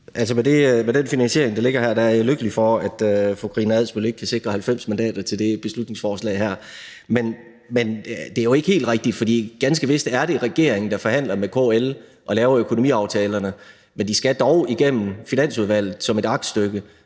Med den finansiering, der ligger her, er jeg lykkelig for, at fru Karina Adsbøls parti ikke kan sikre 90 mandater til det her beslutningsforslag. Men det er jo ikke helt rigtigt, hvad der bliver sagt, for ganske vist er det regeringen, der forhandler med KL og laver økonomiaftalerne, men de skal dog igennem Finansudvalget som et aktstykke,